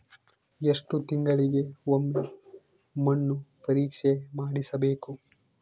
ಎಷ್ಟು ತಿಂಗಳಿಗೆ ಒಮ್ಮೆ ಮಣ್ಣು ಪರೇಕ್ಷೆ ಮಾಡಿಸಬೇಕು?